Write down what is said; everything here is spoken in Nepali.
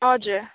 हजुर